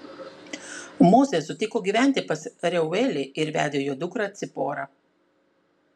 mozė sutiko gyventi pas reuelį ir vedė jo dukterį ciporą